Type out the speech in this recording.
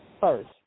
First